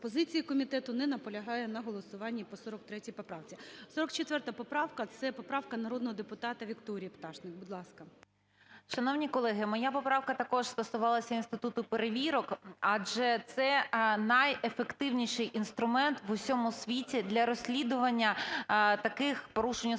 позиції комітету не наполягає на голосуванні по 43 поправці. 44 поправка. Це поправка народного депутата Вікторії Пташник. Будь ласка. 12:46:59 ПТАШНИК В.Ю. Шановні колеги, моя поправка також стосувалася інституту перевірок, адже це найефективніший інструмент в усьому світі для розслідування таких порушень у сфері